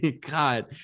God